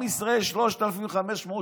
עם ישראל נשאר שלושת אלפים וחמש מאות